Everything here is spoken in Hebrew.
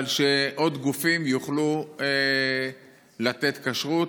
אבל שעוד גופים יוכלו לתת כשרות.